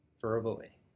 verbally